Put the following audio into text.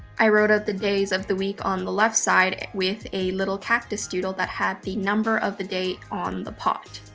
i wrote out the days of the week on the left side with a little cactus doodle that had the number of the day on the pot.